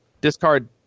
discard